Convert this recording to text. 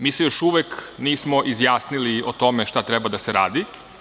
Mi se još uvek nismo izjasnili o tome šta treba da se radi.